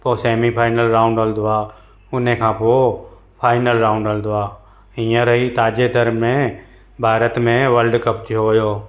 पोइ semi final round हलंदो आहे हुनखां पोइ फाइनल राउंड हलंदो आहे हींअर ई तव्हांजे दर में भारत में वर्ल्डकप थियो हुयो